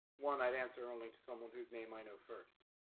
one i'd answer only to someone whose name i know first.